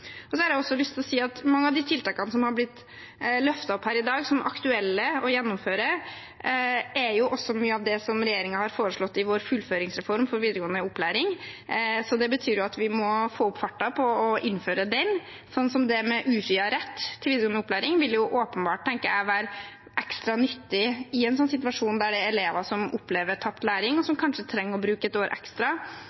Så har jeg også lyst til å si at mange av de tiltakene som har blitt løftet fram her i dag som aktuelle å gjennomføre, er jo også noe av det som regjeringen har foreslått i vår fullføringsreform for videregående opplæring. Det betyr at vi må få opp farten på å innføre den. Sånn som det med utvidet rett til videregående opplæring vil jo åpenbart, tenker jeg, være ekstra nyttig i en situasjon der det er elever som opplever tapt læring, og